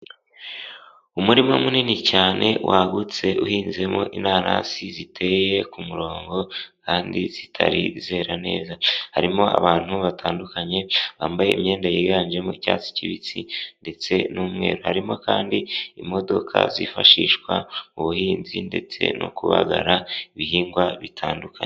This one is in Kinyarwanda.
Umurima munini cyane wagutse uhinzemo inanasi ziteye ku murongo kandi zitari zera neza, harimo abantu batandukanye bambaye imyenda yiganjemo icyatsi kibisi ndetse n'umweru, harimo kandi imodoka zifashishwa mu buhinzi ndetse no kubagara ibihingwa bitandukanye.